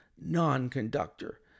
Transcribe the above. non-conductor